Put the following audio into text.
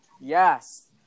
Yes